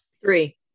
three